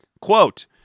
Quote